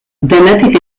denetik